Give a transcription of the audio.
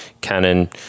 Canon